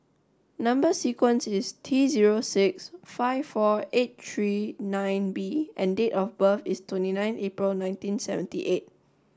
number sequence is T zero six five four eight three nine B and date of birth is twenty nine April nineteen seventy eight